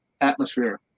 atmosphere